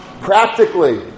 practically